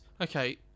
okay